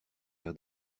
air